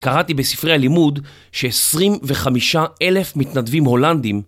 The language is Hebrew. קראתי בספרי הלימוד ש-25,000 מתנדבים הולנדים